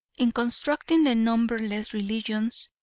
in constructing the numberless religions,